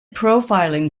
profiling